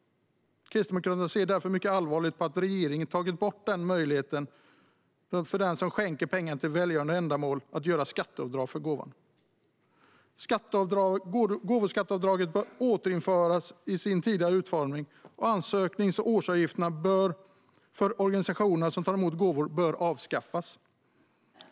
Kristdemokraterna ser därför mycket allvarligt på att regeringen har tagit bort möjligheten för den som skänker pengar till välgörande ändamål att göra skatteavdrag för gåvan. Vi anser att gåvoskatteavdraget bör återinföras i sin tidigare utformning och att ansöknings och årsavgifterna för organisationer som tar emot gåvor bör avskaffas.